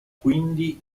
quindi